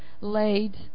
laid